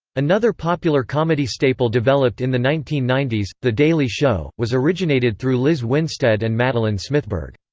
another popular comedy staple developed in the nineteen ninety s, the daily show, was originated through lizz winstead and madeleine smithberg.